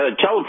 tell